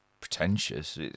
pretentious